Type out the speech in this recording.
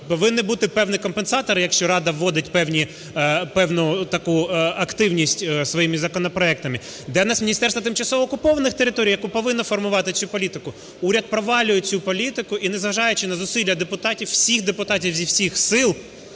повинні бути певні компенсатори, якщо Рада вводить певні... певну таку активність своїми законопроектами. Де в нас Міністерство тимчасово окупованих територій, яке повинно формувати цю політику? Уряд провалює цю політику, і, не зважаючи на зусилля депутатів, всіх депутатів зі всіх сил,